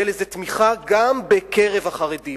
תהיה לזה תמיכה גם בקרב החרדים,